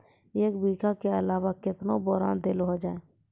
एक बीघा के अलावा केतना बोरान देलो हो जाए?